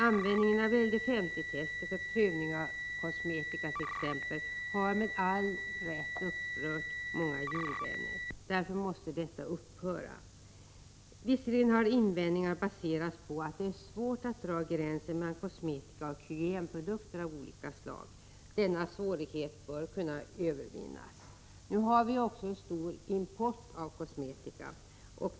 Användningen av LDS0-tester för t.ex. prövning av kosmetika har med rätta upprört många djurvänner. Därför måste de upphöra. Visserligen har invändningarna baserats på att det är svårt att dra gränsen mellan kosmetikaprodukter och hygienprodukter av olika slag. Denna svårighet bör kunna övervinnas. Vi har stor import av kosmetika.